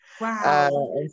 Wow